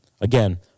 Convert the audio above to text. Again